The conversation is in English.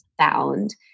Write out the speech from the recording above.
found